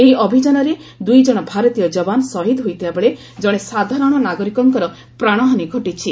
ଏହି ଅଭିଯାନରେ ଦୁଇଜଣ ଭାରତୀୟ ଯବାନ ଶହୀଦ ହୋଇଥିବାବେଳେ ଜଣେ ସାଧାରଣ ନାଗରିକଙ୍କର ପ୍ରାଣହାନୀ ଘଟିଛି